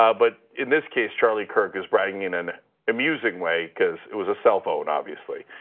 ah but in this case, charlie kirk is bragging in an amusing way because it was a cell phone, obviously.